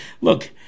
Look